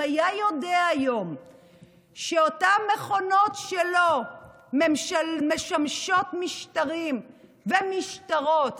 אם היה יודע היום שאותן מכונות שלו משמשות משטרים ומשטרות